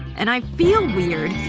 and i feel weird